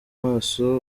maso